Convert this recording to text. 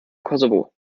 kosovo